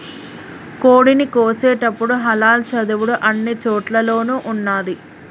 కోడిని కోసేటపుడు హలాల్ చదువుడు అన్ని చోటుల్లోనూ ఉన్నాది